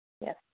Yes